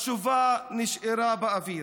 התשובה נשארה באוויר.